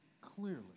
clearly